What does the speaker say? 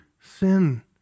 sin